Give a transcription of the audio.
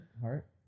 heart